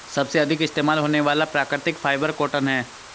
सबसे अधिक इस्तेमाल होने वाला प्राकृतिक फ़ाइबर कॉटन है